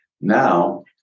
now